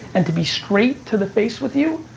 and to be straight to the face with you,